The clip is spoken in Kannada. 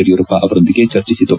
ಯಡಿಯೂರಪ್ಪ ಅವರೊಂದಿಗೆ ಚರ್ಚೆಸಿತು